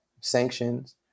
sanctions